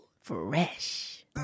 Fresh